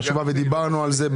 והיא חשובה, ודיברנו על זה.